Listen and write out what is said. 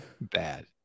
bad